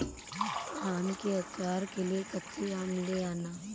आम के आचार के लिए कच्चे आम ले आना